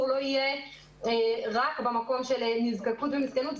לא יהיה רק במקום של נזקקות ומסכנות.